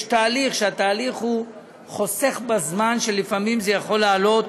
יש תהליך שחוסך בזמן, ולפעמים זה יכול לעלות